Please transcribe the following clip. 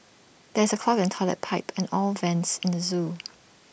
there is A clog in Toilet Pipe and all vents in the Zoo